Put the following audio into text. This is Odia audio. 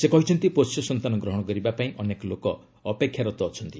ସେ କହିଛନ୍ତି ପୋଷ୍ୟ ସନ୍ତାନ ଗ୍ରହଣ କରିବା ପାଇଁ ଅନେକ ଲୋକ ଅପେକ୍ଷାରତ ଅଛନ୍ତି